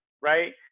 right